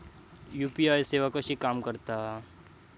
UPI सेवा कशी काम करता?